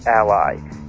ally